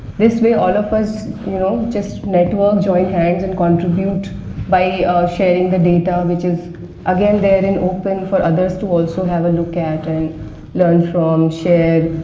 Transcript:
this way all of us you know, just network, join hands and contribute by sharing the data, which is again, they are in open for others to also have a look at and learn from, share,